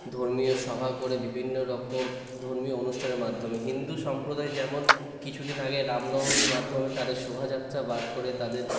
ধর্মীয় সভা করে বিভিন্নরকম ধর্মীয় অনুষ্ঠানের মাধ্যমে হিন্দু সম্প্রদায় যেমন কিছুদিন আগে রামনবমীর মাধ্যমে তাদের শোভাযাত্রা বার করে তাদের